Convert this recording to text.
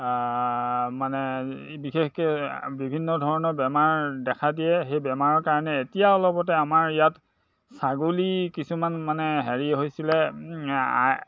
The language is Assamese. মানে বিশেষকৈ বিভিন্ন ধৰণৰ বেমাৰ দেখা দিয়ে সেই বেমাৰৰ কাৰণে এতিয়া অলপতে আমাৰ ইয়াত ছাগলী কিছুমান মানে হেৰি হৈছিলে